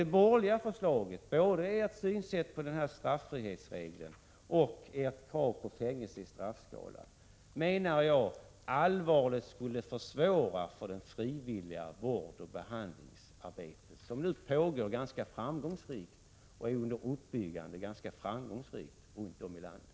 Det borgerliga förslaget — både synsättet på straffrihetsregeln och kravet på fängelse i straffskalan — skulle allvarligt försvåra det frivilliga vårdoch behandlingsarbetet. Uppbyggnaden av denna vårdoch behandlingsform pågår ganska framgångsrikt runt om i landet.